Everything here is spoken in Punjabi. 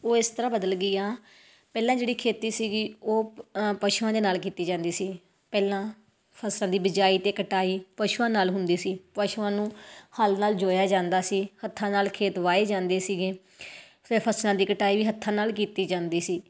ਉਹ ਇਸ ਤਰ੍ਹਾਂ ਬਦਲ ਗਈ ਆ ਪਹਿਲਾਂ ਜਿਹੜੀ ਖੇਤੀ ਸੀਗੀ ਉਹ ਪਸ਼ੂਆਂ ਦੇ ਨਾਲ ਕੀਤੀ ਜਾਂਦੀ ਸੀ ਪਹਿਲਾਂ ਫਸਲ ਦੀ ਬਿਜਾਈ ਅਤੇ ਕਟਾਈ ਪਸ਼ੂਆਂ ਨਾਲ ਹੁੰਦੀ ਸੀ ਪਸ਼ੂਆਂ ਨੂੰ ਹੱਲ ਨਾਲ ਜੋਇਆ ਜਾਂਦਾ ਸੀ ਹੱਥਾਂ ਨਾਲ ਖੇਤ ਵਾਹੇ ਜਾਂਦੇ ਸੀਗੇ ਫਿਰ ਫਸਲਾਂ ਦੀ ਕਟਾਈ ਵੀ ਹੱਥਾਂ ਨਾਲ ਕੀਤੀ ਜਾਂਦੀ ਸੀ